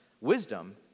wisdom